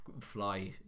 fly